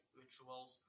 rituals